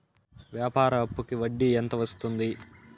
వ్యాపార అప్పుకి వడ్డీ ఎంత వస్తుంది?